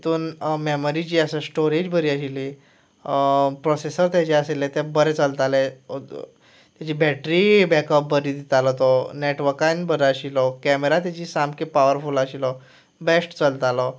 तीतून memory जी आसा storage बरी आशिल्ली प्रोसेसर तेजे आशिल्लें तें बरें चलतालें तेजी बॅटरी बॅकअप बरीं दितालो तो नॅटवर्कान बरो आशिल्लो कॅमेरा तेजी सामकी पावरफूल आशिल्लो बॅस्ट चलतालो